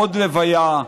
עוד לוויה,